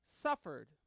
suffered